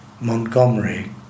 Montgomery